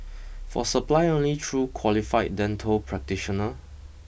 for supply only through qualified dental practitioner